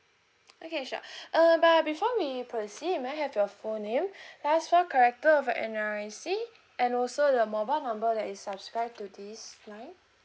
okay sure uh but before we proceed may I have your full name last four character of your N_R_I_C and also the mobile number that is subscribe to this plan